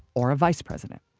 or a vice president?